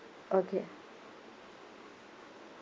okay